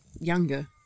Younger